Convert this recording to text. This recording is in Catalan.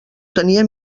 tenia